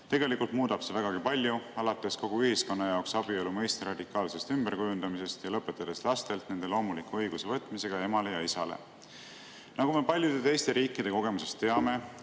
Tegelikult muudab see vägagi palju. Alates kogu ühiskonna jaoks abielu mõiste radikaalsest ümberkujundamisest ja lõpetades lastelt nende loomuliku õiguse võtmisega emale ja isale. Nagu me paljude teiste riikide kogemusest teame,